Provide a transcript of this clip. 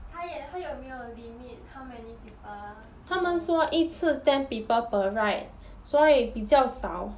他也他有没有 limit how many people to go